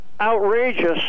outrageous